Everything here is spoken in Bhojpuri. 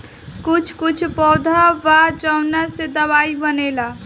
कुछ कुछ पौधा बा जावना से दवाई बनेला